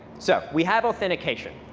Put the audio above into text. so we have authentication,